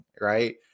right